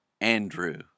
Andrew